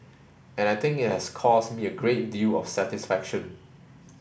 and I think it has caused me a great deal of satisfaction